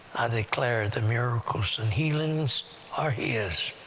ah declare, the miracles and healings are his.